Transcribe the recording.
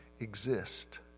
exist